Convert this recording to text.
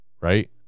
right